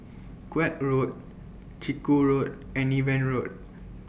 Koek Road Chiku Road and Niven Road